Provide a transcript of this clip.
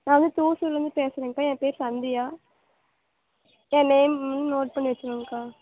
நான் வந்து தூசூர்லேருந்து பேசுகிறேன்கா என் பெயரு சந்தியா என் நேம் நோட் பண்ணி வச்சுகோங்கக்கா